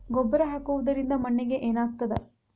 ಗೊಬ್ಬರ ಹಾಕುವುದರಿಂದ ಮಣ್ಣಿಗೆ ಏನಾಗ್ತದ?